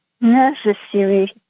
necessary